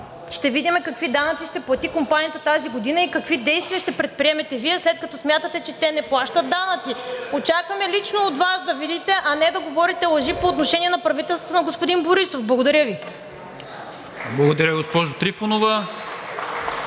Ще видим какви данъци ще плати компанията тази година и какви действия ще предприемете Вие, след като смятате, че те не плащат данъци. Очакваме лично от Вас да видите, а не да говорите лъжи по отношение на правителството на господин Борисов. Благодаря Ви. ПРЕДСЕДАТЕЛ